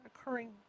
occurring